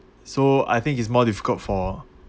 so I think is more difficult for